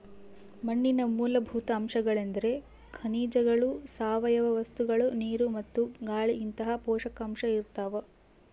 ಮಣ್ಣಿನ ಮೂಲಭೂತ ಅಂಶಗಳೆಂದ್ರೆ ಖನಿಜಗಳು ಸಾವಯವ ವಸ್ತುಗಳು ನೀರು ಮತ್ತು ಗಾಳಿಇಂತಹ ಪೋಷಕಾಂಶ ಇರ್ತಾವ